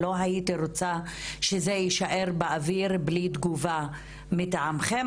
לא הייתי רוצה שזה יישאר באוויר בלי תגובה מטעמכם.